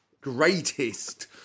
greatest